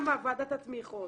גם ועדת התמיכות,